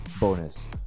Bonus